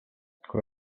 kui